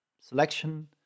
selection